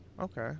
okay